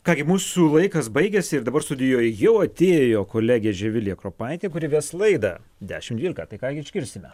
ką gi mūsų laikas baigiasi ir dabar studijoje jau atėjo kolegė živilė kropaitė kuri ves laidą dešimt dvylika tai ką gi išgirsime